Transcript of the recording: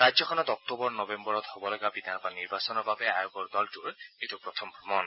ৰাজ্যখনত অক্টোবৰ নবেম্বৰত অনুষ্ঠিত হ'বলগা বিধানসভাৰ নিৰ্বাচনৰ বাবে আয়োগৰ দলটোৰ এইটো প্ৰথম ভ্ৰমণ